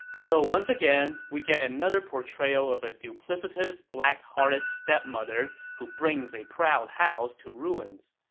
so once again, we get another portrayal of a duplicitous, black-hearted stepmother who brings a proud house to ruins.